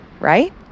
right